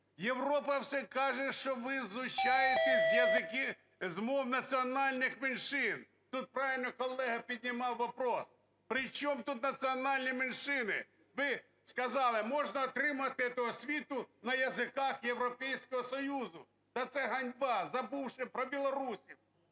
Європа все каже, що ви знущаєтесь з мов національних меншин. Тут правильно колега піднімав вопрос, при чому тут національні меншини? Ви сказали, можна отримати эту освіту на языках Європейського Союзу. Да, це ганьба, забувши про Білорусію,